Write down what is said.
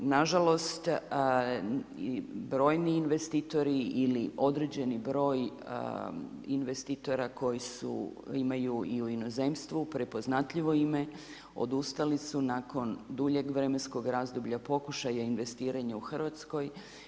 Nažalost, brojni investitori ili određeni broj investitora, koji su, imaju u inozemstvu, prepoznatljivo ime, odustali su nakon duljeg vremenskog razdoblja, pokušaja investiranja u Hrvatskoj.